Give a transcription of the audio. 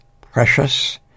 precious